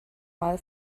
mal